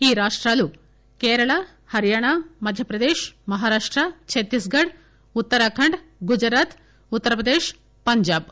ఈ రాష్టాలు కేరళ హర్యానా మధ్యప్రదేశ్ మహారాష్ట ఛత్తీస్ ఘడ్ ఉత్తరాఖండ్ గుజరాత్ ఉత్తరప్రదేశ్ పంజాబ్